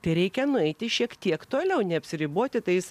tereikia nueiti šiek tiek toliau neapsiriboti tais